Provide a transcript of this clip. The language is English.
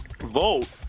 vote